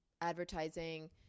advertising